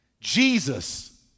Jesus